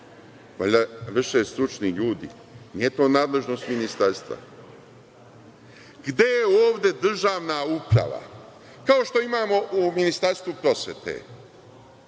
Valjda vrše stručni ljudi, nije to nadležnost ministarstva. Gde je ovde državna uprava, kao što imamo u Ministarstvu prosvete